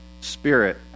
spirit